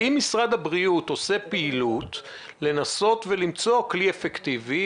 האם משרד הבריאות עושה פעילות כדי לנסות ולמצוא כלי אפקטיבי?